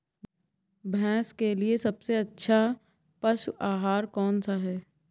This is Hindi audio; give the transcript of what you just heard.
भैंस के लिए सबसे अच्छा पशु आहार कौन सा है?